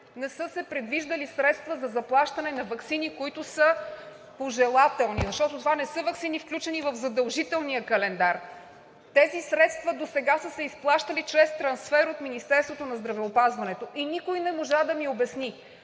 не са се предвиждали средства за заплащането на ваксини, които са пожелателни, защото това не са ваксините, включени в задължителния календар. Тези средства досега са се изплащали чрез трансфер от Министерството на здравеопазването. Никой не можа да ми обясни: